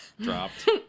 dropped